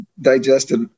digested